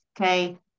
okay